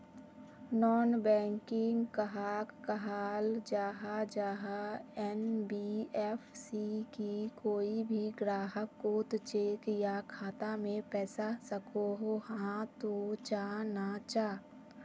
Non banking कहाक कहाल जाहा जाहा एन.बी.एफ.सी की कोई भी ग्राहक कोत चेक या खाता से पैसा सकोहो, हाँ तो चाँ ना चाँ?